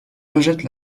rejettent